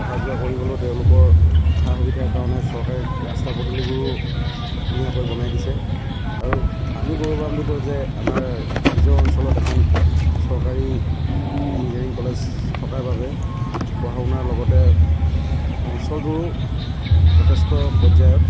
অহা যোৱা কৰিবলৈ তেওঁলোকৰ সা সুবিধাৰ কাৰণে চৰকাৰে ৰাস্তা পদূলিবোৰো ধুনীয়াকৈ বনাই দিছে আৰু আমি গৌৰৱান্বিত যে আমাৰ নিজৰ অঞ্চলত এখন চৰকাৰী ইঞ্জিনিয়াৰিং কলেজ থকাৰ বাবে পঢ়া শুনাৰ লগতে অঞ্চলটোৰো যথেষ্ট পৰ্যায়ত